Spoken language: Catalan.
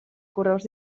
correus